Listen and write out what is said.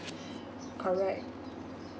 correct